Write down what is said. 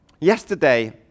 Yesterday